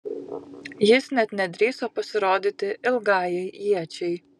jis net nedrįso pasirodyti ilgajai iečiai